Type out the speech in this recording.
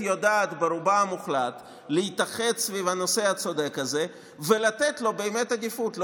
יודעת ברובה המוחלט להתאחד סביב הנושא הצודק הזה ולתת לו עדיפות,